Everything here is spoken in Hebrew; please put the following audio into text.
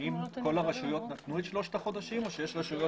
האם כל הרשויות נתנו את שלושת החודשים או שיש רשויות